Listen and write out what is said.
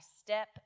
step